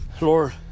Lord